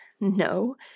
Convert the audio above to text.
no